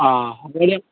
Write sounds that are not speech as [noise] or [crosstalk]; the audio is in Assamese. অ [unintelligible]